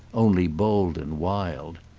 only bold and wild.